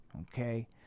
Okay